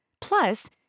Plus